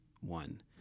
one